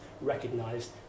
recognised